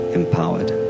empowered